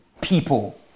people